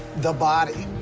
the body.